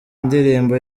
ndirimbo